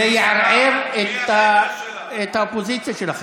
זה יערער את האופוזיציה שלכם.